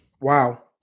Wow